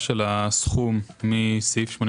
הסכום היא מסעיף 83